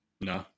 No